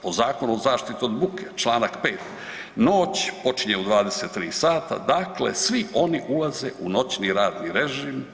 Po Zakonu o zaštiti od buke čl. 5. noć počinje u 23 sata, dakle svi oni ulaze u noćni radni režim.